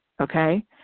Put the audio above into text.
okay